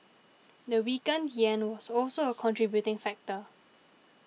the weakened yen was also a contributing factor